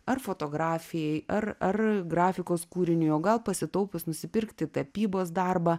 ar fotografijai ar ar grafikos kūriniui o gal pasitaupius nusipirkti tapybos darbą